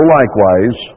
likewise